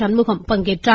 சண்முகம் பங்கேற்றார்